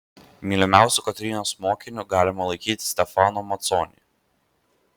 mylimiausiu kotrynos mokiniu galima laikyti stefano maconi